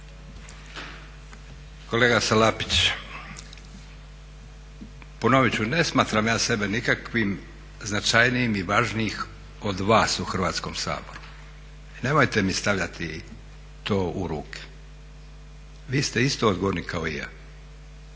Kolega Salapić ponovit ću ne smatram ja sebe nikakvim značajnijim i važnijim od vas u Hrvatskom saboru i nemojte mi stavljati to u ruke. Vi ste isto odgovorni kao i ja.